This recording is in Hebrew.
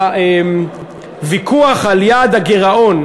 שהוויכוח על יעד הגירעון,